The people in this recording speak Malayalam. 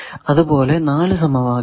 അതുപോലെ 4 സമവാക്യങ്ങൾ